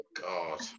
God